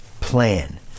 plan